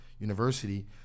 University